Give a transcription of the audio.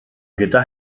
gyda